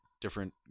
different